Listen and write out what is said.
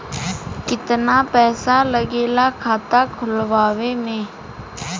कितना पैसा लागेला खाता खोलवावे में?